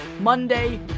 Monday